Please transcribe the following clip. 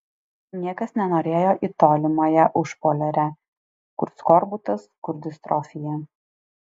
niekas nenorėjo į tolimąją užpoliarę kur skorbutas kur distrofija